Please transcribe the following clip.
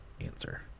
answer